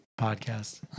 podcast